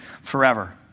forever